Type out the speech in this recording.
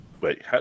Wait